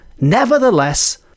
nevertheless